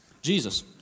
Jesus